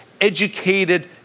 educated